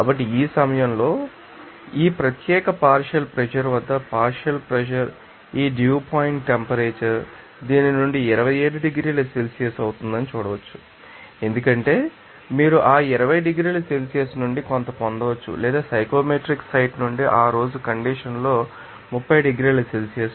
కాబట్టి ఈ సమయంలో ఈ సందర్భంలో ఈ ప్రత్యేక పార్షియల్ ప్రెషర్ వద్ద పార్షియల్ ప్రెషర్ ఈ డ్యూ పాయింట్ టెంపరేచర్ దీని నుండి 27 డిగ్రీల సెల్సియస్ అవుతుందని చూడవచ్చు ఎందుకంటే మీరు ఆ 20 డిగ్రీల సెల్సియస్ నుండి కొంత పొందవచ్చు లేదా సైకోమెట్రిక్ సైట్ నుండి ఆ రోజు కండిషన్ లో 30 డిగ్రీల సెల్సియస్